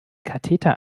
katheter